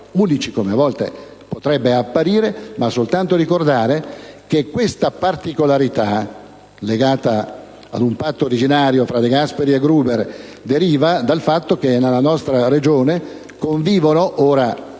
unici, come a volte potrebbe apparire, ma soltanto a ricordare che questa particolarità, legata ad un patto originario fra De Gasperi e Gruber, deriva dal fatto che nella nostra Regione convivono, ora